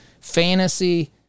fantasy